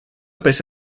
pese